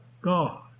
God